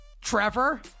Trevor